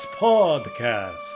podcast